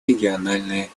региональные